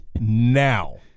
now